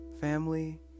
Family